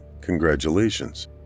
Congratulations